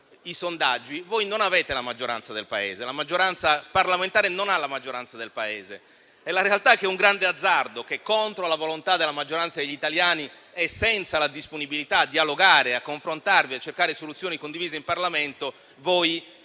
i sondaggi, voi non avete la maggioranza del Paese: la maggioranza parlamentare non ha la maggioranza del Paese. La realtà è che è un grande azzardo il fatto che, contro la volontà della maggioranza degli italiani e senza la disponibilità a dialogare e a confrontarvi, a cercare soluzioni condivise in Parlamento, voi